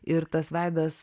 ir tas veidas